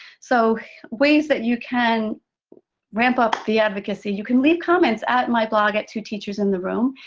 so ways that you can ramp up the advocacy. you can leave comments at my blog at two teachers in the room.